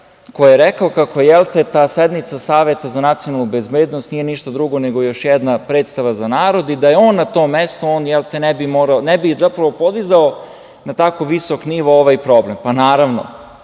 koji je rekao kako ta sednica Saveta za nacionalnu bezbednost nije ništa drugo nego još jedna predstava za narod i da on ne bi podizao na tako visok nivo ovaj problem. Pa, naravno,